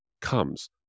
comes